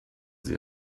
sie